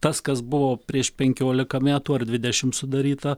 tas kas buvo prieš penkiolika metų ar dvidešimt sudaryta